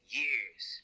years